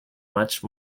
much